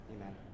Amen